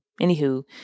anywho